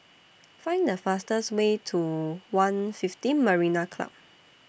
Find The fastest Way to one fifteen Marina Club